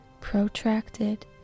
protracted